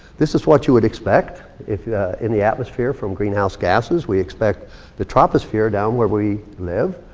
this is what you would expect, if in the atmosphere, from greenhouse gases. we expect the troposphere, down where we live,